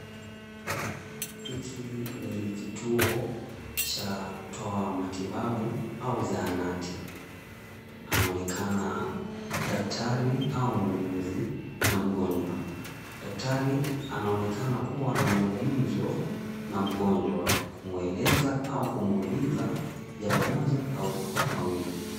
Hiki ni kituo cha kutoa matibabu au zahanati. Anaonekana daktari au muuguzi na mgonjwa. Daktari anaonekana kuwa na mazungumzo na mgonjwa, kumueleza au kumuuliza jambo moja au mawili.